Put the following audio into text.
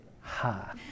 Ha